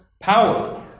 power